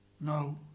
no